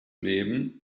leben